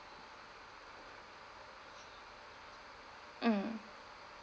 mm